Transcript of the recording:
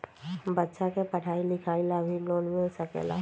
बच्चा के पढ़ाई लिखाई ला भी लोन मिल सकेला?